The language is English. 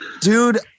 dude